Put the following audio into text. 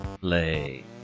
play